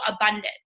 abundant